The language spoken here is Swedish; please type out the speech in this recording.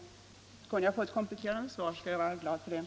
Kunde jag få en kompletterande upplysning skulle jag vara tacksam.